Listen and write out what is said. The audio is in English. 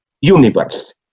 universe